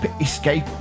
Escape